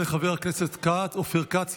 תודה לחבר הכנסת אופיר כץ.